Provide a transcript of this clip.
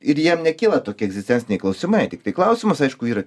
ir jiem nekyla tokie egzistenciniai klausimai tiktai klausimas aišku yra